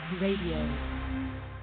Radio